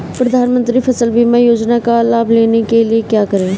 प्रधानमंत्री फसल बीमा योजना का लाभ लेने के लिए क्या करें?